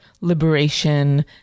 liberation